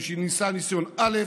ומשנעשה ניסיון א',